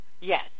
Yes